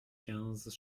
quinze